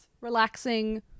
relaxing